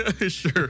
Sure